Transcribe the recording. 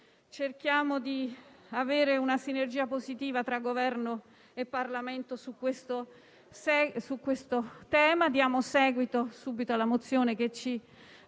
cerchiamo di avere una sinergia positiva tra Governo e Parlamento su questo tema e diamo seguito subito alla mozione che sarà